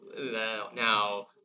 Now